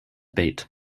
bait